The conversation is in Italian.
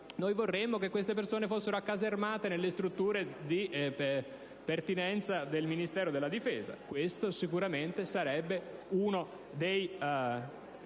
Noi vorremmo che queste persone fossero accasermate nelle strutture di pertinenza del Ministero della difesa: questo sicuramente sarebbe uno dei